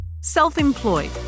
self-employed